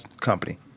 company